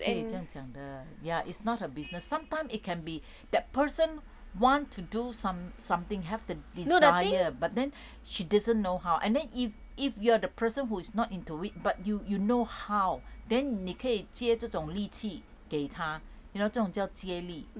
不可以这样讲的 ya is not her business sometimes it can be that person want to do some something have the desire but then she doesn't know how and then if if you're the person who is not into it but you you know how then 你可以接这种力气给他这种叫接力